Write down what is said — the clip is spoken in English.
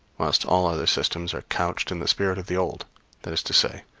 whilst all other systems are couched in the spirit of the old that is to say,